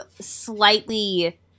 slightly